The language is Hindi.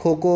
खो खो